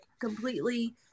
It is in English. completely